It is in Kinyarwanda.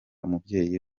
umubyeyi